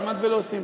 כמעט ולא עושים.